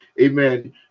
amen